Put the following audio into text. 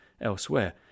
elsewhere